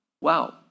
Wow